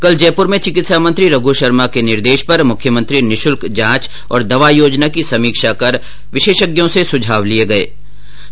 कल जयपुर में चिकित्सा मंत्री रघु शर्मा के निर्देश पर मुख्यमंत्री निःशुल्क जांच और दवा योजना की समीक्षा कर विशेषज्ञो से सुझाव लिये गये है